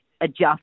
adjust